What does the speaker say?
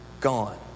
gone